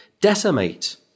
decimate